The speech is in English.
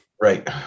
right